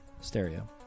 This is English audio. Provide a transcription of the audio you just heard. Stereo